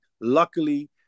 luckily